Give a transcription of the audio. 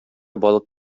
балык